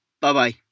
Bye-bye